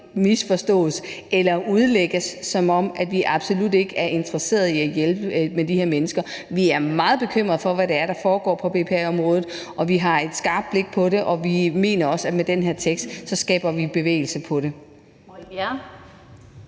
misforstås eller udlægges, som om vi absolut ikke er interesserede i at hjælpe de her mennesker. Vi er meget bekymrede for, hvad det er, der foregår på BPA-området, og vi har et skarpt blik på det, og vi mener også, at vi med den her tekst skaber bevægelse på området.